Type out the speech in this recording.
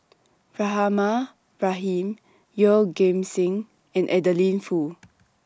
Rahimah Rahim Yeoh Ghim Seng and Adeline Foo